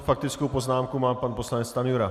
Faktickou poznámku má pan poslanec Stanjura.